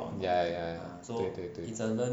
ya ya ya 对对对